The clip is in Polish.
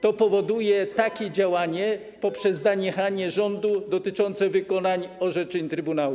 To powoduje takie działanie poprzez zaniechanie rządu dotyczące wykonań orzeczeń trybunału.